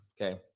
Okay